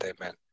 Amen